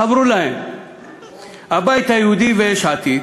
חברו להם הבית היהודי ויש עתיד,